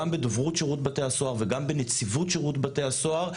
גם בדוברות שירות בתי הסוהר וגם בנציבות שירות בתי הסוהר,